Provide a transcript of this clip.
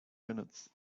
minutes